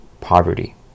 poverty